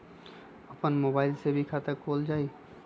अपन मोबाइल से भी खाता खोल जताईं?